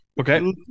Okay